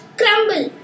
crumble